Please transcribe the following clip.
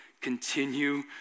continue